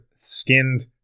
skinned